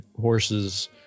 horse's